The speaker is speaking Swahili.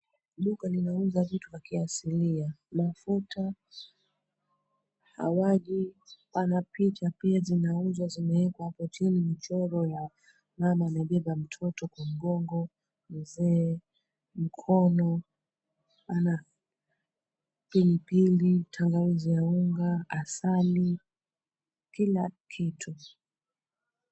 Duka linauza vitu za kiasilia, mafuta, hawaji, pana picha pia zinauzwa zimewekwa hapo chini, michoro ya mama amebeba mtoto kwenye mgongo, mzee, mkono, pana pilipili, tangawizi ya unga, asali, kila kitu.